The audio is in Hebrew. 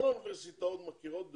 כל האוניברסיטאות מכירות בזה,